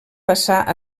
passar